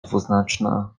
dwuznaczna